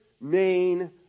main